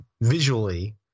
visually